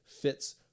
fits